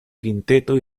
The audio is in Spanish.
quinteto